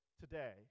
today